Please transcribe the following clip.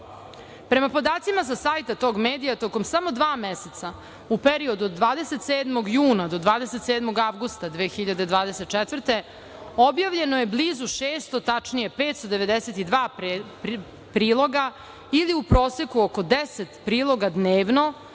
Prema podacima sa sajta tog medija, samo 2 meseca u periodu od 27. juna do 27. avgusta 2024. godine, objavljeno je blizu 600, tačnije 592 priloga, ili u proseku oko 10 priloga dnevno,